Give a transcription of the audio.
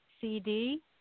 CD